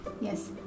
Yes